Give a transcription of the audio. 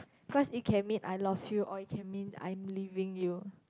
because it can mean I lost you or it can mean I'm leaving you